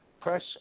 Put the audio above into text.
press